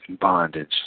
bondage